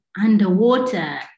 underwater